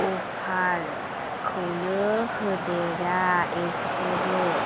अफारखौनो होदेरा एसेबो